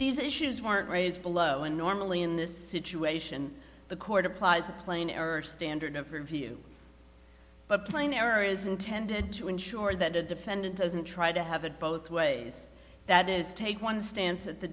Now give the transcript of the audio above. these issues weren't raised below and normally in this situation the court applies a plain error standard of review but plain error is intended to ensure that a defendant doesn't try to have it both ways that is take one stance at the